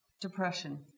depression